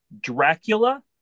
dracula